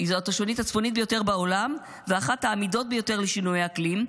ביותר בעולם ואחת העמידות ביותר לשינויי אקלים,